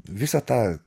visą tą